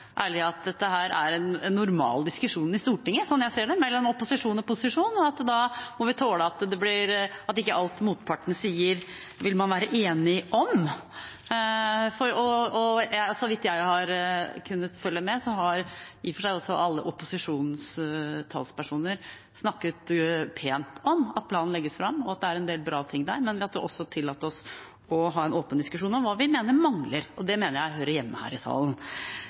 si at dette er en normal diskusjon i Stortinget – sånn jeg ser det – mellom opposisjon og posisjon. Da må vi tåle at man ikke er enig om alt motparten sier. Så vidt jeg har kunnet følge med, har i og for seg alle opposisjonens talspersoner snakket pent om at planen legges fram, at det er en del bra ting, men at vi må tillate oss å ha en åpen diskusjon om hva vi mener mangler. Det mener jeg hører hjemme her i salen.